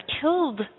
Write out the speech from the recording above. killed